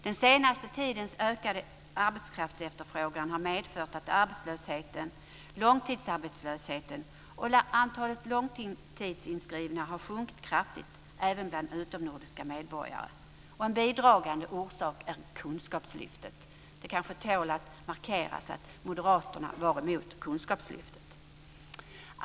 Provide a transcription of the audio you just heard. Den senaste tidens ökade arbetskraftsefterfrågan har medfört att arbetslösheten, långtidsarbetslösheten och antalet långtidsinskrivna har sjunkit kraftigt även bland utomnordiska medborgare. En bidragande orsak är Kunskapslyftet. Det kanske tål att markeras att moderaterna var emot Kunskapslyftet.